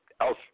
else